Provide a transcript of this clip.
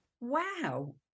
wow